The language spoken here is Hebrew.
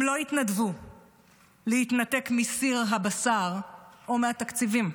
הם לא יתנדבו להתנתק מסיר הבשר או מהתקציבים,